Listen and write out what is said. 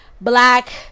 black